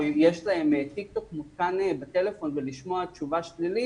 אם יש להם טיק-טוק מותקן בטלפון ולשמוע תשובה שלילית,